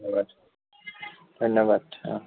ধন্যবাদ ধন্যবাদ অ